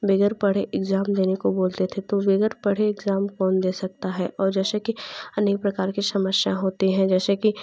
वगैर पढ़े इग्जाम देने को बोलते थे तो वगैर पढ़े इग्जाम कौन दे सकता है और जैसे कि अनेक प्रकार की समस्या होती है जैसे कि